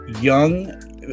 young